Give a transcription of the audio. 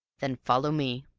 then follow me.